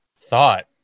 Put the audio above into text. thought